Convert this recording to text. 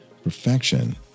Perfection